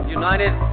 united